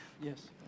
Yes